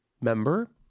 member